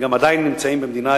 והם גם עדיין נמצאים במדינה,